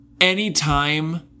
anytime